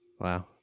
wow